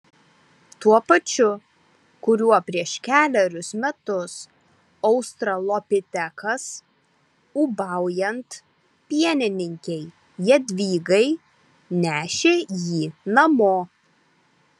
tuo pačiu kuriuo prieš kelerius metus australopitekas ūbaujant pienininkei jadvygai nešė jį namo